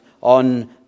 on